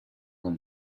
con